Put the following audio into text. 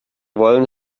wollen